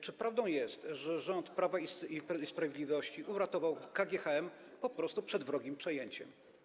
Czy prawdą jest, że rząd Prawa i Sprawiedliwości uratował KGHM po prostu przed wrogim przejęciem?